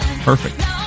perfect